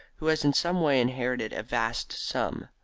who has in some way inherited a vast sum.